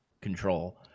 control